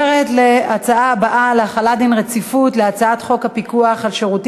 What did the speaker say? רצונה להחיל דין רציפות על הצעת חוק לתיקון